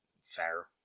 Fair